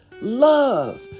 love